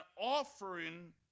offering